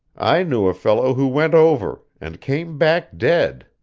i knew a fellow who went over, and came back dead.